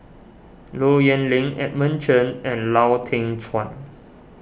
Low Yen Ling Edmund Cheng and Lau Teng Chuan